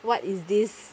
what is this